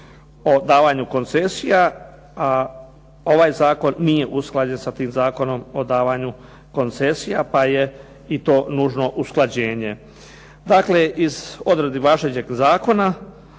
o davanju koncesija, a ovaj zakon nije usklađen sa tim Zakonom o davanju koncesija pa je i to nužno usklađenje. Dakle, iz odredbi važećeg Zakona